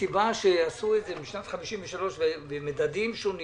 הסיבה שעשו את זה משנת 1953 במדדים שונים